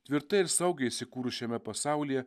tvirtai ir saugiai įsikūrus šiame pasaulyje